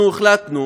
אנחנו החלטנו